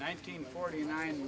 nineteen forty nine